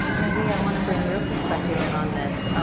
yunji i want to bring your perspective in on this.